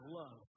love